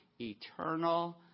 eternal